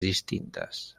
distintas